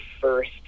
first